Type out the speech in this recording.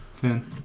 ten